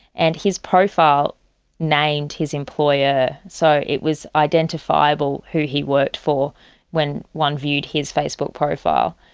and his profile named his employer. so it was identifiable who he worked for when one viewed his facebook profile.